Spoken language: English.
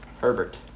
Herbert